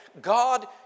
God